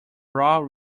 raw